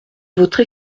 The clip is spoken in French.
votre